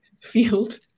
field